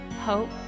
hope